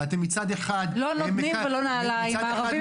הצעת החוק הזאת --- מי בעד ההצעה?